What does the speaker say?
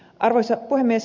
arvoisa puhemies